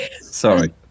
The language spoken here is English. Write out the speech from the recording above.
Sorry